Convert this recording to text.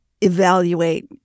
evaluate